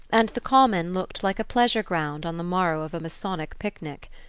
and the common looked like a pleasure-ground on the morrow of a masonic picnic.